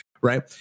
right